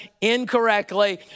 incorrectly